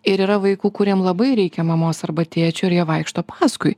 ir yra vaikų kuriem labai reikia mamos arba tėčio ir jie vaikšto paskui